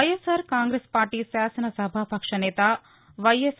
వైఎస్సార్ కాంగ్రెస్ పార్టీ శాసనసభాపక్ష నేత వైఎస్